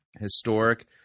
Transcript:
historic